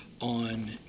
on